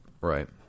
Right